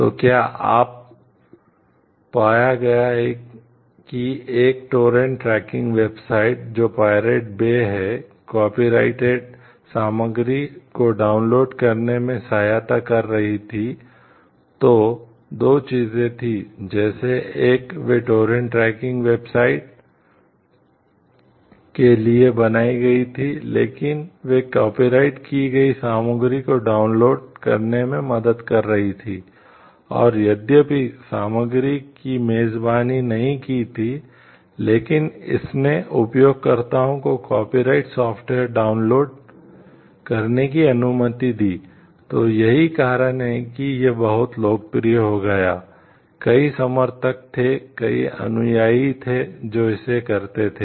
तो क्या पाया गया कि एक टोरेंट ट्रैकिंग वेबसाइट करना पसंद करते थे